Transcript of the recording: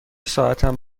ساعتم